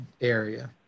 area